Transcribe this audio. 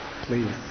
please